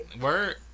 Word